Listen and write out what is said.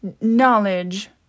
knowledge